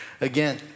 again